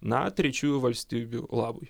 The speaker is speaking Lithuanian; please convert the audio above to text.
na trečiųjų valstybių labui